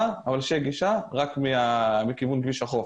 אבל שתהיה גישה רק מכיוון כביש החוף.